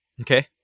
okay